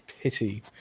pity